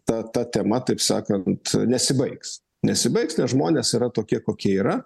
ta ta tema taip sakant nesibaigs nesibaigs nes žmonės yra tokie kokie yra